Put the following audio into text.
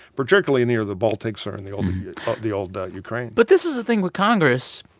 particularly near the baltics or in the old the old ukraine but this is the thing with congress